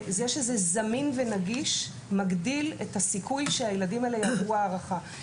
זה שזה זמין ונגיש מגדיל את הסיכוי שהילדים האלה יעברו הערכה.